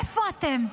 איפה אתם?